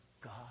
God